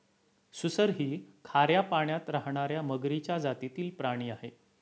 सुसर ही खाऱ्या पाण्यात राहणार्या मगरीच्या जातीतील प्राणी आहे